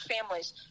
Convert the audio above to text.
families